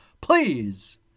Please